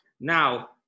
Now